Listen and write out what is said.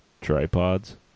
tripods